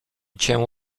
cię